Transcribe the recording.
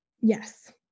Yes